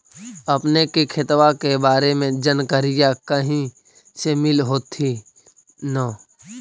अपने के खेतबा के बारे मे जनकरीया कही से मिल होथिं न?